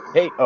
Hey